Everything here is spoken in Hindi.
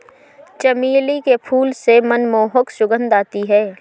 चमेली के फूल से मनमोहक सुगंध आती है